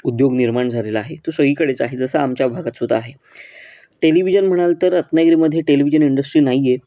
उद्योग निर्माण झालेला आहे तो सगळीकडेच आहे जसं आमच्या भागात सुद्धा आहे टेलिव्हिजन म्हणाल तर रत्नागिरीमध्ये टेलिव्हिजन इंडस्ट्री नाही आहे